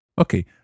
Okay